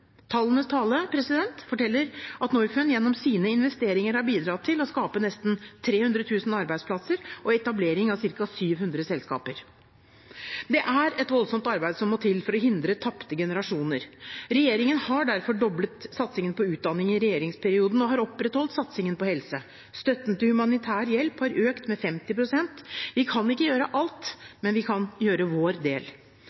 Tallenes tale forteller at Norfund gjennom sine investeringer har bidratt til å skape nesten 300 000 arbeidsplasser og etablering av ca. 700 selskaper. Det er et voldsomt arbeid som må til for å hindre tapte generasjoner. Regjeringen har derfor i sin periode doblet satsingen på utdanning og opprettholdt satsingen på helse. Støtten til humanitær hjelp har økt med 50 pst. Vi kan ikke gjøre